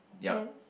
then